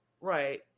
Right